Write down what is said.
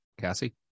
Cassie